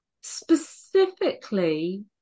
Specifically